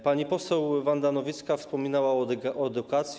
Pani poseł Wanda Nowicka wspominała o edukacji.